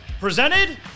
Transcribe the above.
presented